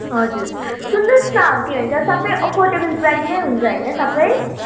हजुर सुन्नुहोस् न के भन्छ सबै एफोर्डेबल प्राइसमै हुन्छ होइन सबै